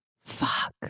Fuck